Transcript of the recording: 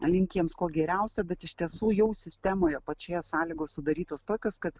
linki jiems ko geriausio bet iš tiesų jau sistemoje pačioje sąlygos sudarytos tokios kad